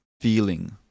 feeling